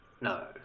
no